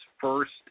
first